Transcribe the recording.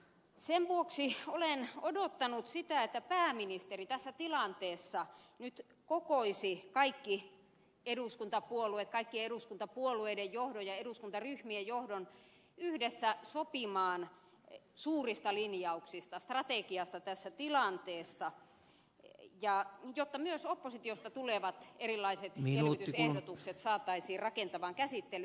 sen vuoksi olen odottanut sitä että pääministeri tässä tilanteessa nyt kokoaisi kaikki eduskuntapuolueet kaikkien eduskuntapuolueiden johdon ja eduskuntaryhmien johdon yhdessä sopimaan suurista linjauksista strategiasta tässä tilanteessa jotta myös oppositiosta tulevat erilaiset elvytysehdotukset saataisiin rakentavaan käsittelyyn